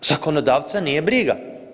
Zakonodavca nije briga.